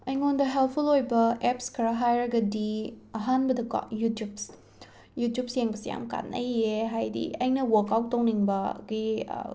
ꯑꯩꯉꯣꯟꯗ ꯍꯦꯜꯐꯨꯜ ꯑꯣꯏꯕ ꯑꯦꯞꯁ ꯈꯔ ꯍꯥꯏꯔꯒꯗꯤ ꯑꯍꯥꯟꯕꯗꯀꯣ ꯌꯨꯇ꯭ꯌꯨꯞꯁ ꯌꯨꯇ꯭ꯌꯨꯞꯁ ꯌꯦꯡꯕꯁꯦ ꯌꯥꯝꯅ ꯀꯥꯟꯅꯩꯌꯦ ꯍꯥꯏꯗꯤ ꯑꯩꯅ ꯋꯥꯛꯑꯥꯎꯠ ꯇꯧꯅꯤꯡꯕꯒꯤ